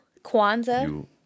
Kwanzaa